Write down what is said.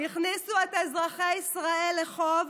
הכניסו את אזרחי ישראל לחוב,